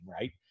right